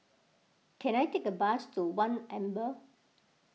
can I take a bus to one Amber